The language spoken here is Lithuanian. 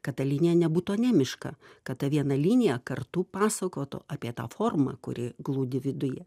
kad ta linija nebūtų anemiška kad ta viena linija kartu pasakotų apie tą formą kuri glūdi viduje